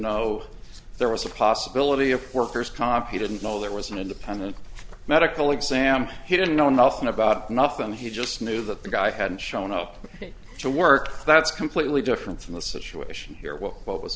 know there was a possibility of a worker's comp he didn't know there was an independent medical exam he didn't know nothing about nothing he just knew that the guy hadn't shown up to work that's completely different from the situation here well what was